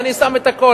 אני שם את הכול,